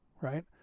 right